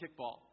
kickball